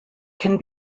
can